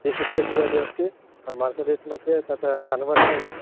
इ sixty three अपि अस्ति मर्सडीस्मध्ये तत् कन्वर्टर्